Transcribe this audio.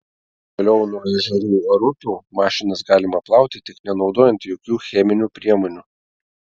o kiek toliau nuo ežerų ar upių mašinas galima plauti tik nenaudojant jokių cheminių priemonių